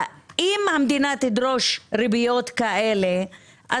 אם המדינה תדרוש ריביות כאלה,